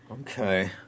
Okay